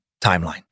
timeline